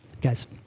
Guys